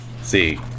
See